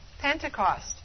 Pentecost